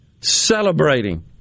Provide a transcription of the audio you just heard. celebrating